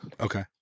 okay